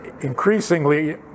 increasingly